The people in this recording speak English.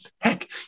heck